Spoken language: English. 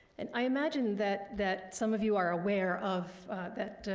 and i imagine that that some of you are aware of that